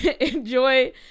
enjoy